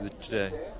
today